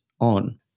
on